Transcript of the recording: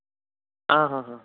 आं हां हां